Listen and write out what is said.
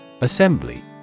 Assembly